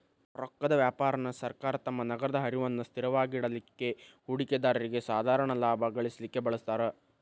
ರೊಕ್ಕದ್ ವ್ಯಾಪಾರಾನ ಸರ್ಕಾರ ತಮ್ಮ ನಗದ ಹರಿವನ್ನ ಸ್ಥಿರವಾಗಿಡಲಿಕ್ಕೆ, ಹೂಡಿಕೆದಾರ್ರಿಗೆ ಸಾಧಾರಣ ಲಾಭಾ ಗಳಿಸಲಿಕ್ಕೆ ಬಳಸ್ತಾರ್